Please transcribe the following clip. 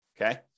Okay